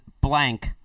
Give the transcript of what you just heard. blank